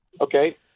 Okay